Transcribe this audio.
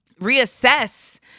reassess